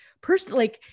personally